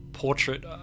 portrait